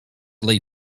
lay